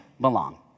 belong